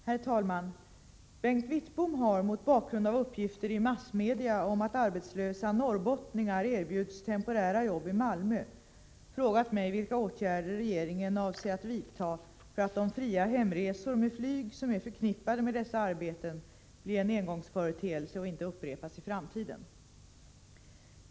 Herr talman! Bengt Wittbom har, mot bakgrund av uppgifter i massmedia om att arbetslösa norrbottningar erbjuds temporära jobb i Malmö, frågat mig vilka åtgärder regeringen avser att vidta för att de fria hemresor med flyg som är förknippade med dessa arbeten blir en engångsföreteelse och inte upprepas i framtiden.